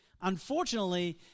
Unfortunately